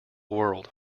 world